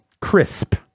Crisp